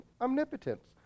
omnipotence